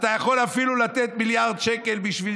אתה יכול אפילו לתת מיליארד שקל בשביל